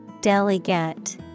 Delegate